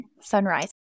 Sunrise